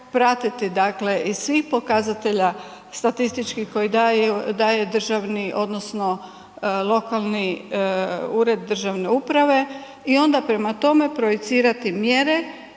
pratiti dakle iz svih pokazatelja statističkih koje daje državni odnosno lokalni ured državne uprave i onda prema tome projicirati mjere